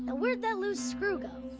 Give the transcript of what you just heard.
ah where'd that loose screw go?